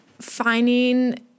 finding